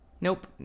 Nope